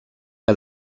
que